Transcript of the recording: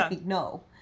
no